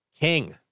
King